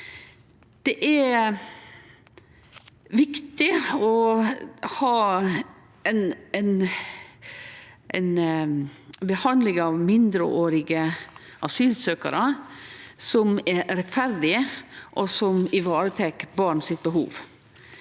Det er viktig å ha ei behandling av mindreårige asylsøkjarar som er rettferdig, og som varetek barns behov.